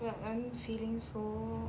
well I'm feeling so